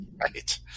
Right